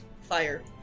fire